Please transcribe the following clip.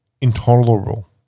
intolerable